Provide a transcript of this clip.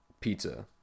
pizza